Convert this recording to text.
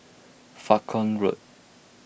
Falkland Road